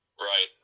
Right